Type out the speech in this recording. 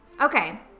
Okay